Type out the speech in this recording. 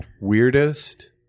weirdest